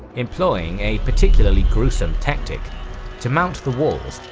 employing a particularly gruesome tactic to mount the walls,